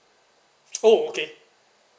oh okay